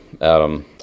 Adam